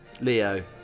Leo